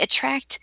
attract